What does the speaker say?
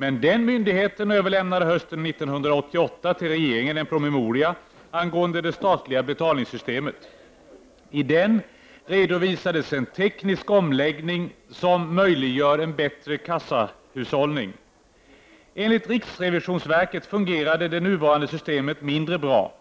Men den myndigheten överlämnade hösten 1988 till regeringen en promemoria angående det statliga betalningssystemet. I den redovisades en teknisk omläggning som möjliggör en bättre kassahushållning. Enligt riksrevisionsverket fungerar det nuvarande systemet mindre bra.